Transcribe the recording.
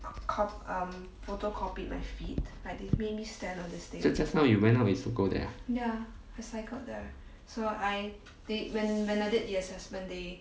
jus~ just now when you went out is you go there ah